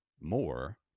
more